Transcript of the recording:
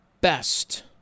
best